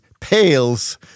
pales